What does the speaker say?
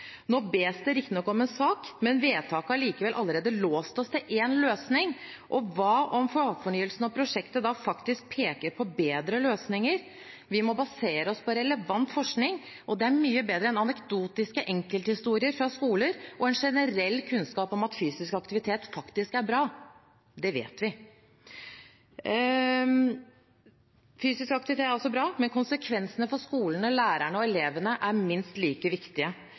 Nå bes det riktignok om en sak, men vedtaket har likevel allerede låst oss til én løsning. Hva om fagfornyelsen og prosjektet faktisk peker på bedre løsninger? Vi må basere oss på relevant forskning. Det er mye bedre enn anekdotiske enkelthistorier fra skoler og en generell kunnskap om at fysisk aktivitet faktisk er bra. Det vet vi. Fysisk aktivitet er bra, men konsekvensene for skolene, lærerne og elevene er minst like